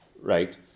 right